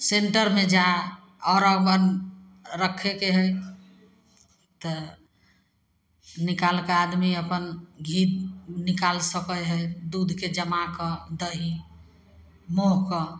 सेंटरमे जा आओर अपन रखैके हइ तऽ निकालि कऽ आदमी अपन घी निकाल सकै हइ दूधके जमा कऽ दही महि कऽ